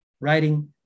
writing